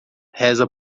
reza